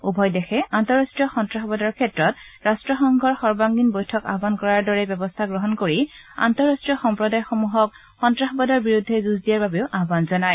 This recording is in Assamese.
উভয় দেশে আন্তঃৰাষ্ট্ৰীয় সন্নাসবাদৰ ক্ষেত্ৰত ৰাষ্টসংঘৰ সৰ্বাংগীন বৈঠক আয়ুন কৰাৰ দৰে ব্যৱস্থা গ্ৰহণ কৰি আন্তঃৰাষ্ট্ৰীয় সম্প্ৰদায়সমূহক সন্তাসবাদৰ বিৰুদ্ধে যূঁজ দিয়াৰ বাবেও আয়ান জনায়